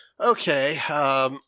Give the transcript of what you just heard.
Okay